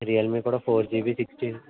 Realme కూడా four GB six GB